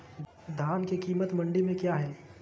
धान के कीमत मंडी में क्या है?